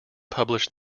published